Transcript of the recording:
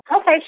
Okay